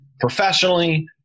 professionally